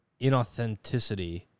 inauthenticity